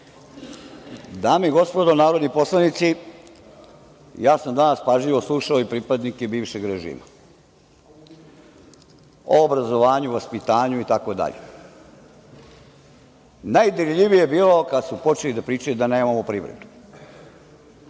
Dame i gospodo narodni poslanici, pažljivo sam danas slušao i pripadnike bivšeg režima o obrazovanju, vaspitanju itd. Najdirljivije je bilo kada su počeli da pričaju da nemamo privredu.